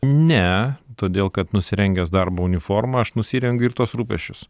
ne todėl kad nusirengęs darbo uniformą aš nusirengiu ir tuos rūpesčius